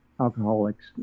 alcoholics